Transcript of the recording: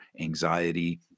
anxiety